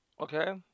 okay